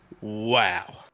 Wow